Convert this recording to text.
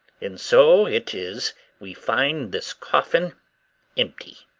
and so it is we find this coffin empty.